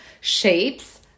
shapes